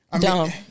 Dumb